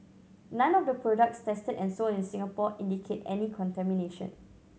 none of the products tested and sold in Singapore indicate any contamination